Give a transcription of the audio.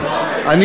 יש לי פריימריז.